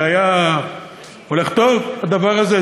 זה היה הולך טוב, הדבר הזה?